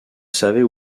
savait